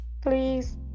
Please